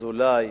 אזולאי